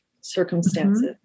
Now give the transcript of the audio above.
circumstances